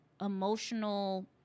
emotional